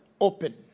open